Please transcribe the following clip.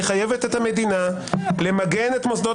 היא מחייבת את המדינה למגן את מוסדות